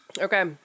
Okay